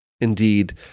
indeed